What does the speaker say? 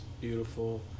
beautiful